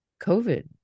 COVID